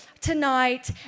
tonight